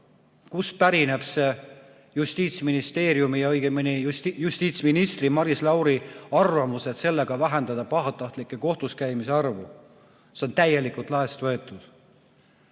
kust pärineb see Justiitsministeeriumi, õigemini justiitsminister Maris Lauri arvamus, et sellega vähendatakse pahatahtlike kohtuskäimiste arvu. See on täielikult laest võetud.